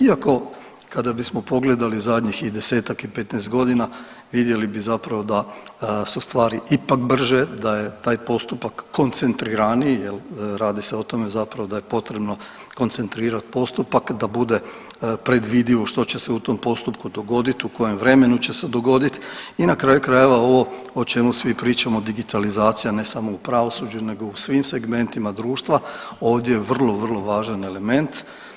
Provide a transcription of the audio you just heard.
Iako kada bismo pogledali i desetak i 15 godina vidjeli bi zapravo da su stvari ipak brže, da je taj postupak koncentriraniji jel radi se o tome zapravo da je potrebno koncentrirat postupak da bude predvidivo što će se u tom postupku dogodit, u kojem vremenu će se dogodit i na kraju krajeva ovo o čemu svi pričamo digitalizacija ne samo u pravosuđu nego u svim segmentima društva ovdje je vrlo, vrlo važan element.